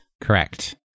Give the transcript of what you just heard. Correct